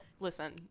Listen